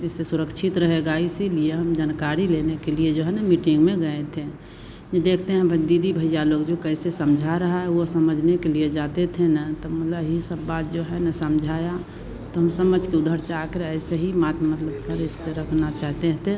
इससे सुरक्षित रहेगा इसीलिए हम जानकारी लेने के लिए हम जो है ना मीटिंग में गए थे देखते हैं दीदी भैया लोग कैसे समझा रहा है वह समझने के लिए जाते थे न तो मतलब यह सब बात जो है न समझाया तो हम समझ कर उधर से आकर ऐसे ही मात मतलब पैसा रखना चाहते थे